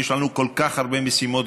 יש לנו כל כך הרבה משימות,